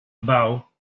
bow